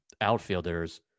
outfielders